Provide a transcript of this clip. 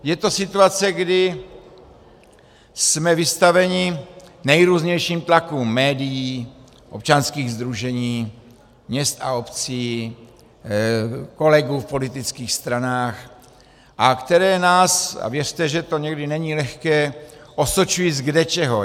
Je to situace, kdy jsme vystaveni nejrůznějším tlakům médií, občanských sdružení, měst a obcí, kolegů v politických stranách a které nás a věřte, že to někdy není lehké osočují z kdečeho.